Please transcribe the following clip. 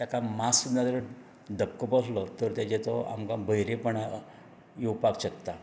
ताका मातसो जरी धक्को बसलो तर ताजेर तो आमकां भेरेपणा येवपाक शकता